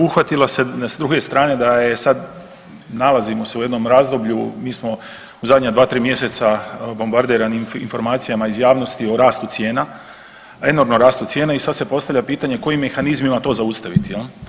Uhvatilo se s druge strane da je sad nalazimo se u jednom razdoblju, mi smo u zadnja dva, tri mjeseca bombardirani informacijama iz javnosti o rastu cijena, enormnom rastu cijena i sad se postavlja pitanje kojim mehanizmima to uhvatiti.